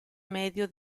medio